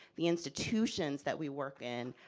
the institutions that we work in,